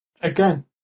Again